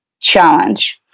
challenge